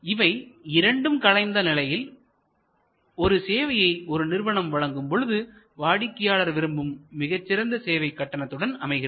இவை இரண்டும் கலந்த நிலையில் ஒரு சேவையை ஒரு நிறுவனம் வழங்கும் பொழுது வாடிக்கையாளர் விரும்பும் மிகச் சிறந்த சேவை கட்டணத்துடன் அமைகிறது